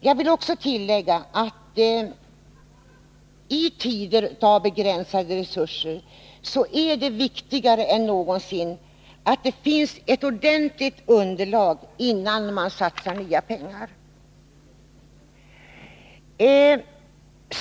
Jag vill också tillägga några ord: I tider med begränsade resurser är det viktigare än någonsin att det finns ett ordentligt underlag innan man satsar nya pengar.